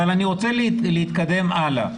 אני רוצה להתקדם הלאה.